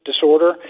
disorder